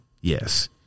yes